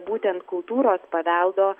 būtent kultūros paveldo